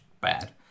bad